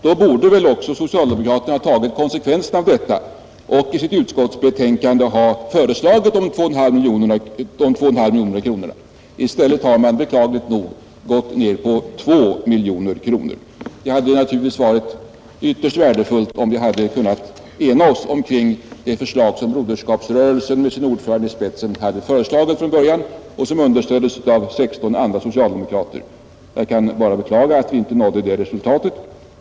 Då borde också socialdemokraterna ha tagit konsekvenserna av detta och i sitt utskottsbetänkande ha föreslagit de 2,5 miljoner kronorna. I stället har socialdemokraterna beklagligt nog bara gått med på 2 miljoner kronor. Det hade naturligtvis varit ytterst värdefullt om vi hade kunnat ena oss om det förslag om 3 miljoner kronor som Broderskapsrörelsen med sin ordförande i spetsen från början hade framlagt och som understöddes av 16 andra socialdemokrater, Jag kan bara beklaga att vi inte nådde det resultatet.